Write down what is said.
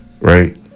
right